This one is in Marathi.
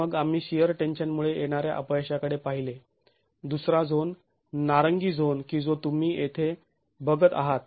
मग आम्ही शिअर टेन्शनमुळे येणाऱ्या अपयशाकडे पाहिले दुसरा झोन नारंगी झोन की जो तुम्ही तेथे बघत आहात